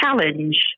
challenge